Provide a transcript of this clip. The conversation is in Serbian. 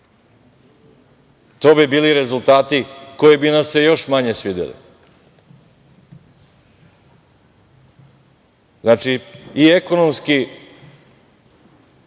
To bi bili rezultati koji bi nam se još manje svideli. Znači, i ekonomski